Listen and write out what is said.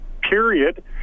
period